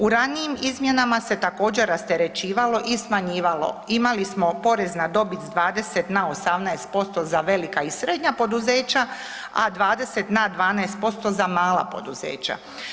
U ranijim izmjenama se također, rasterećivalo i smanjivalo, imali smo porez na dobit s 20 na 18% za velika i srednja poduzeća, a 20 na 12% za mala poduzeća.